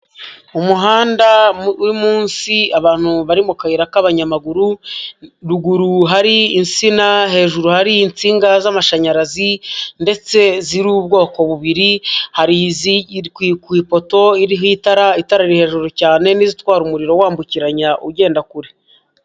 Umuhanda uri umunsi, abantu bari mu kayira k'abanyamaguru ruguru hari insina. Hejuru hari insinga z'amashanyarazi ndetse ziri ubwoko bubiri, hari iziri ku ipoto iriho itara, itara riri hejuru cyane n'izitwara umuriro wambukiranya ugenda kure.